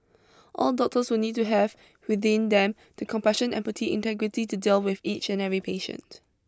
all doctors will need to have within them the compassion empathy and integrity to deal with each and every patient